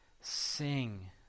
sing